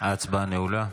ההצבעה נעולה.